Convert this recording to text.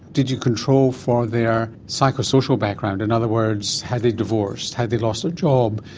did you control for their psychosocial background? in other words, have they divorced, have they lost a job,